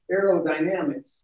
aerodynamics